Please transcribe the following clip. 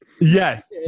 yes